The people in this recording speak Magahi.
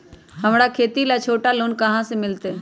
हमरा खेती ला छोटा लोने कहाँ से मिलतै?